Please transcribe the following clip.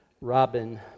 Robin